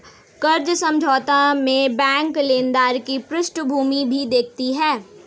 कर्ज समझौता में बैंक लेनदार की पृष्ठभूमि भी देखती है